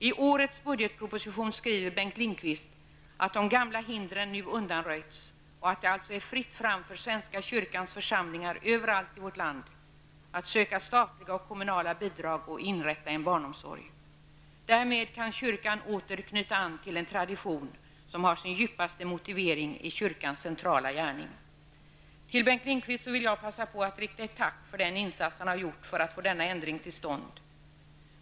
I årets budgetproposition skriver Bengt Lindqvist att de gamla hindren nu undanröjts och att det alltså är fritt fram för svenska kyrkans församlingar överallt i vårt land att söka statliga och kommunala bidrag för att inrätta barnomsorg. Därmed kan kyrkan åter knyta an till en tradition som har sin djupaste motivering i kyrkans centrala gärning. Jag vill passa på att rikta ett tack till Bengt Lindqvist för den insats han har gjort för att få denna ändring till stånd.